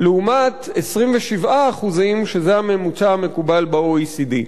לעומת 27%, שזה הממוצע המקובל ב-OECD.